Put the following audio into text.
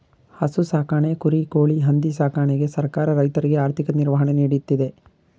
ಹಸು ಸಾಕಣೆ, ಕುರಿ, ಕೋಳಿ, ಹಂದಿ ಸಾಕಣೆಗೆ ಸರ್ಕಾರ ರೈತರಿಗೆ ಆರ್ಥಿಕ ನಿರ್ವಹಣೆ ನೀಡ್ತಿದೆ